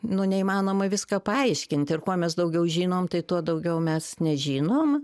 nu neįmanoma visko paaiškint ir kuo mes daugiau žinom tai tuo daugiau mes nežinom